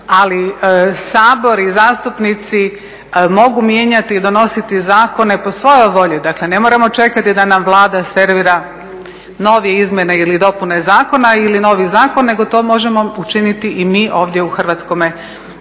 ali Sabor i zastupnici mogu mijenjati i donositi zakone po svojoj volji. Dakle ne moramo čekati da nam Vlada servira nove izmjene ili dopune zakona ili novi zakon nego to možemo učiniti i mi ovdje u Hrvatskome saboru